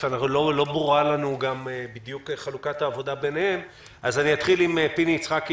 לא ברורה לנו בדיוק חלוקת העבודה ביניהם אז אני אתחיל עם פיני יצחקי,